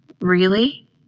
Really